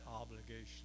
obligation